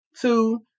two